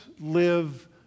live